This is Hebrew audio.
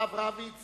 הרב רביץ